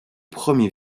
premier